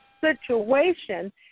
situation